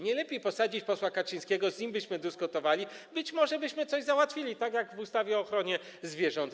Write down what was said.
Nie lepiej posadzić posła Kaczyńskiego, z nim byśmy dyskutowali i być może byśmy coś załatwili, tak jak przy ustawie o ochronie zwierząt.